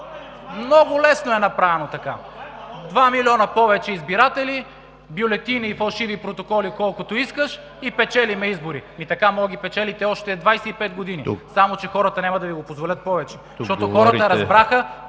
Много лесно е направено така: два милиона повече избиратели, бюлетини, фалшиви протоколи колкото искаш и печелите изборите! Така може да ги печелите още 25 години, само че хората няма да Ви го позволят повече,